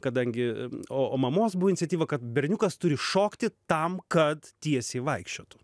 kadangi o o mamos buvo iniciatyva kad berniukas turi šokti tam kad tiesiai vaikščiotų